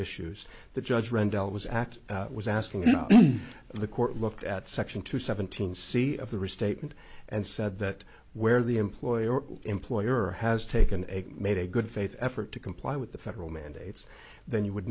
issues that judge rendell was act was asking the court looked at section two seventeen c of the restatement and said that where the employer employer has taken a made a good faith effort to comply with the federal mandates then you would